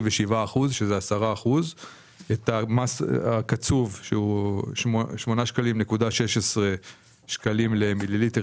את המס הקצוב שהוא 8.16 שקלים למיליליטר